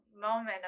moment